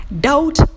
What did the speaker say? doubt